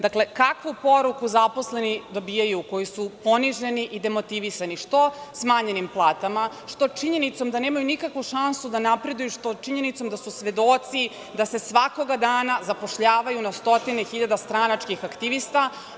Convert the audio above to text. Dakle, kakvu poruku zaposleni dobijaju, koji su poniženi i demotivisani, što smanjenim platama, što činjenicom da nemaju nikakvu šansu da napreduju, što činjenicom da su svedoci da se svakoga dana zapošljavaju na stotine hiljada stranačkih aktivista?